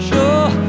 Sure